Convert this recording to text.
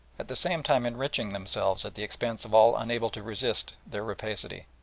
at the same time enriched themselves at the expense of all unable to resist their rapacity.